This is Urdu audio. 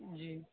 جی